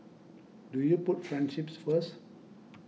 do you put friendship first